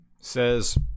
says